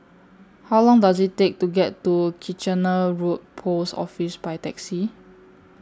How Long Does IT Take to get to Kitchener Road Post Office By Taxi